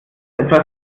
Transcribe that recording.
etwas